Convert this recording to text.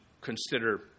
consider